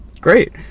Great